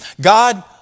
God